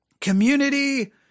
community